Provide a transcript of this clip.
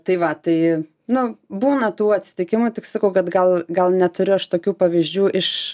tai va tai nu būna tų atsitikimų tik sakau kad gal gal neturiu aš tokių pavyzdžių iš